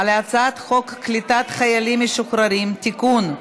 על הצעת חוק קליטת חיילים משוחררים (תיקון,